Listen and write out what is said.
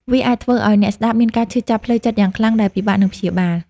វាអាចធ្វើឱ្យអ្នកស្ដាប់មានការឈឺចាប់ផ្លូវចិត្តយ៉ាងខ្លាំង ដែលពិបាកនឹងព្យាបាល។